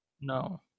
no